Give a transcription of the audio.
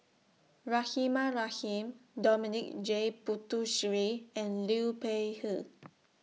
Rahimah Rahim Dominic J Puthucheary and Liu Peihe